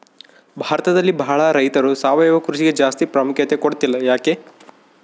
ಭಾರತದಲ್ಲಿ ಬಹಳ ರೈತರು ಸಾವಯವ ಕೃಷಿಗೆ ಜಾಸ್ತಿ ಪ್ರಾಮುಖ್ಯತೆ ಕೊಡ್ತಿಲ್ಲ ಯಾಕೆ?